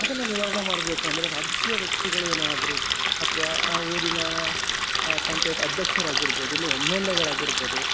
ಅದನ್ನ ನಿವಾರಣೆ ಮಾಡಬೇಕು ಅಂದರೆ ರಾಜಕೀಯ ವ್ಯಕ್ತಿಗಳು ಏನಾದ್ರು ಅಥ್ವಾ ಆ ಊರಿನ ಪಂಚಾಯ್ತಿ ಅಧ್ಯಕ್ಷರ ಆಗಿರ್ಬೋದು ಇಲ್ಲ ಎಮ್ ಎಲ್ ಎ ಗಳು ಆಗಿರ್ಬೋದು